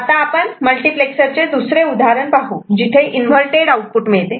आता आपण मल्टिप्लेक्सर चे दुसरे उदाहरण पाहू जिथे इन्व्हर्र्तेड आउटपुट मिळते